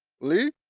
Lee